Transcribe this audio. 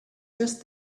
just